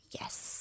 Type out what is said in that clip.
Yes